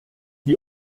die